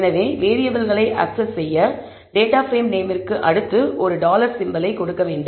எனவே வேறியபிள்களை அக்சஸ் செய்ய டேட்டா பிரேம் நேமிற்கு அடுத்து ஒரு டாலர்dollar சிம்பலை கொடுக்க வேண்டும்